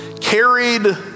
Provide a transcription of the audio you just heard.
carried